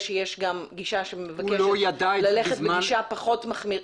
שיש גם גישה שמבקשת ללכת בגישה יותר מחמירה,